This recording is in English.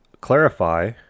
clarify